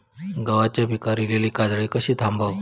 गव्हाच्या पिकार इलीली काजळी कशी थांबव?